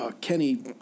Kenny